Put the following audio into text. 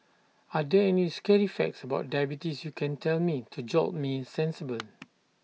are there any scary facts about diabetes you can tell me to jolt me sensible